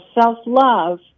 self-love